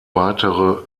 weitere